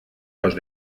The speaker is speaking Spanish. los